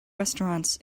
restaurants